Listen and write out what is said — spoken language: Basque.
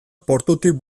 portutik